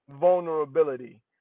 vulnerability